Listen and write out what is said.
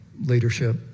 leadership